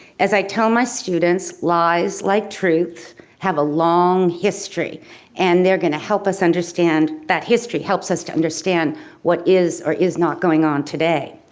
as i tell my students, lies like truth have a long history and they're gonna help us understand that history helps us to understand what is or is not going on today.